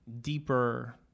deeper